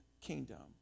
kingdom